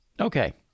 Okay